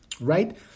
right